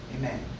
Amen